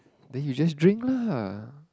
then you just drink lah